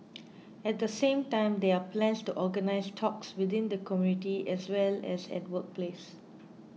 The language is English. at the same time there are plans to organise talks within the community as well as at workplace